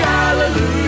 hallelujah